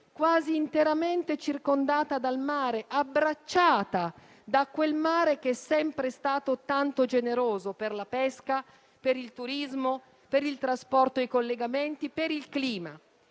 è una penisola abbracciata da quel mare che è sempre stato tanto generoso per la pesca, per il turismo, per il trasporto e i collegamenti, per il clima.